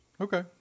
Okay